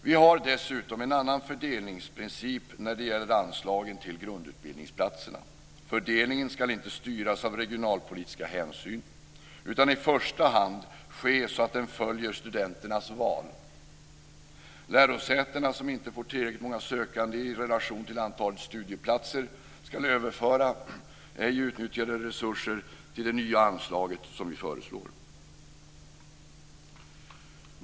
Vi har dessutom en annan fördelningsprincip när det gäller anslagen till grundutbildningsplatserna. Fördelningen ska inte styras av regionalpolitiska hänsyn, utan i första hand ske så att den följer studenternas val. De lärosäten som inte får tillräckligt många sökande i relation till antalet studieplatser ska överföra ej utnyttjade resurser till det nya anslag som vi föreslår.